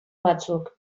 batzuk